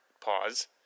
pause –